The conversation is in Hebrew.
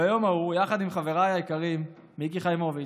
ביום ההוא, יחד עם חבריי היקרים מיקי חיימוביץ',